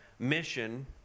Mission